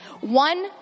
One